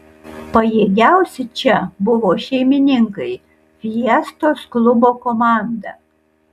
pajėgiausi čia buvo šeimininkai fiestos klubo komanda